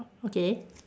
okay